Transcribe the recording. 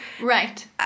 Right